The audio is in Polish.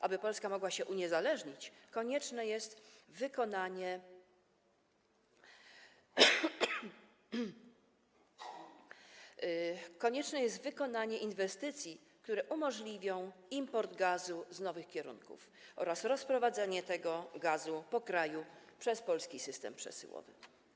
Aby Polska mogła się uniezależnić, konieczne jest wykonanie inwestycji, które umożliwią import gazu z nowych kierunków oraz rozprowadzanie tego gazu po kraju przez polski system przesyłowy.